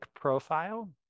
profile